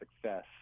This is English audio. success